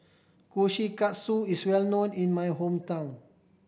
kushikatsu is well known in my hometown